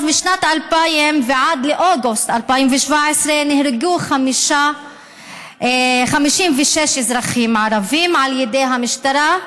משנת 2000 עד אוגוסט 2017 נהרגו 56 אזרחים ערבים על ידי המשטרה,